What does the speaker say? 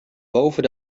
boven